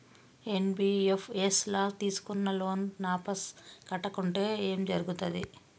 NBFS ల తీస్కున్న loan వాపస్ కట్టకుంటే ఏం జర్గుతది?